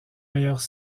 meilleurs